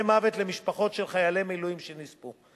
מוות למשפחות של חיילי המילואים שנספו.